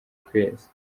kwezi